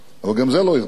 אבל גם זה לא הרתיע אותו.